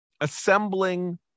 assembling